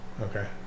Okay